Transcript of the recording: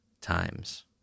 times